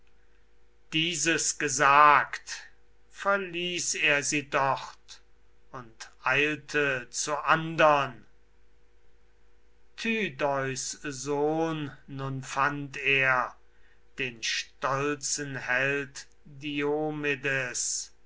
dieses gesagt verließ er sie dort und eilte zu andern wo er den nestor fand